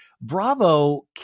Bravo